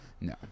No